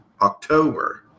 October